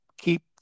Keep